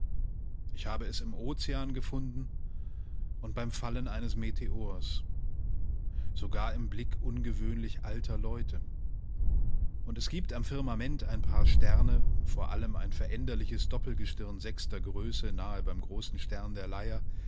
ich habe es im ozean gefunden und beim fallen eines meteors sogar im blick ungewöhnlich alter leute und es gibt am firmament ein paar sterne vor allem ein veränderliches doppelgestirn sechster größe nahe beim großen stern der leier